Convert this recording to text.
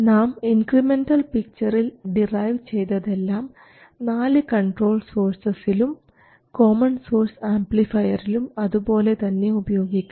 നാം ഇൻക്രിമെൻറൽ പിക്ചറിൽ ഡിറൈവ് ചെയ്തതെല്ലാം നാല് കൺട്രോൾ സോഴ്സസിലും കോമൺ സോഴ്സ് ആംപ്ലിഫയറിലും അതുപോലെതന്നെ ഉപയോഗിക്കാം